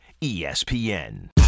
ESPN